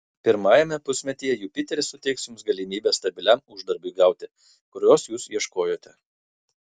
pirmajame pusmetyje jupiteris suteiks jums galimybę stabiliam uždarbiui gauti kurios jūs ieškojote